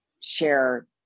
share